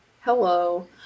Hello